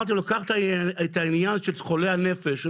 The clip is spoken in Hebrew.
ביקשתי ממנו לקחת את העניין של חולי הנפש,